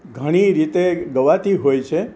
ઘણી રીતે ગવાતી હોય છે